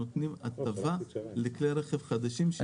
שנותנים הטבה לכלי רכב חדשים שמגיעים עם ההתקן הזה.